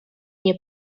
nie